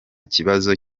kibazo